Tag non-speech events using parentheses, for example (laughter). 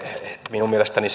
minun mielestäni (unintelligible)